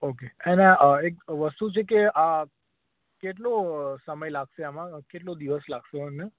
okay એને એક વસ્તુ છે કે કેટલો સમય લાગશે આમાં કેટલો દિવસ લાગશે અમને